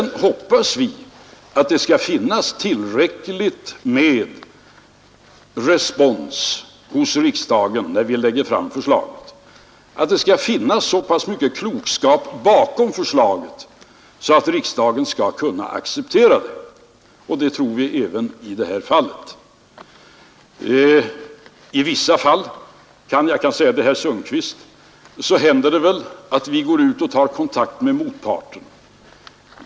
När vi sedan lägger fram förslaget, hoppas vi att riksdagen skall finna sådan klokskap bakom vårt förslag, att det får tillräcklig respons och blir accepterat — och så tror vi blir fallet också den här gången. Till herr Sundkvist kan jag säga, att det i vissa fall händer att vi tar kontakt med motparten.